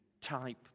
type